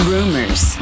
Rumors